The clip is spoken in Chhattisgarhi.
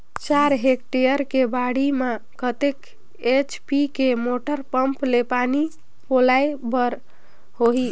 चार हेक्टेयर के बाड़ी म कतेक एच.पी के मोटर पम्म ले पानी पलोय बर होही?